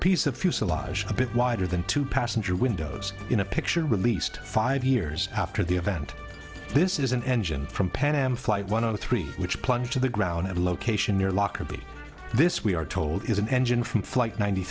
piece of fuselage a bit wider than two passenger windows in a picture released five years after the event this is an engine from pan am flight one hundred three which plunged to the ground at a location near lockerbie this we are told is an engine from flight ninety